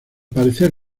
parecer